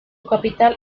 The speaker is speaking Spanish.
capital